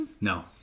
No